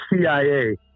CIA